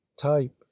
type